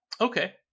Okay